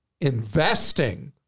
investing